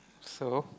so